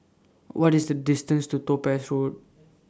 What IS The distance to Topaz Road